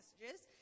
messages